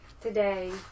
today